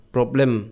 Problem